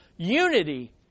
Unity